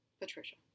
Patricia